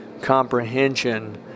comprehension